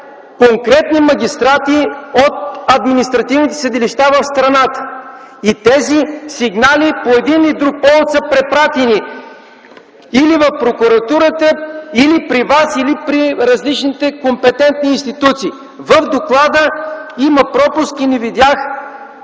конкретни магистрати от административните съдилища в страната. Тези сигнали по един или друг повод са препратени или в прокуратурата, или при вас, или при различните компетентни институции. В доклада има пропуски. Не видях